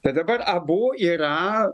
tai dabar abu yra